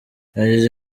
yagize